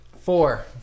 Four